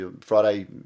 Friday